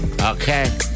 Okay